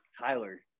Tyler